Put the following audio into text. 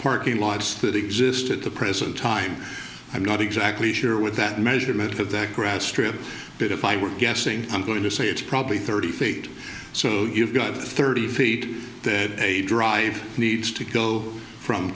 parking lots that exist at the present time i'm not exactly sure with that measurement of that grass strip but if i were guessing i'm going to say it's probably thirty feet so you've got thirty feet that a dr needs to go from